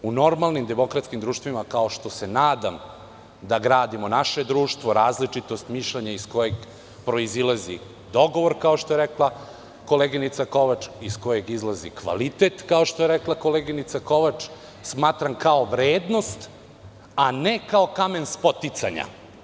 U normalnim demokratskim društvima, kao što se nadam da gradimo naše društvo, različitost mišljenja iz kojeg proizilazi dogovor, kao što je rekla koleginica Kovač, iz kojeg izlazi kvalitet, kao što je rekla koleginica Kovač, smatram kao vrednost, a ne kao kamen spoticanja.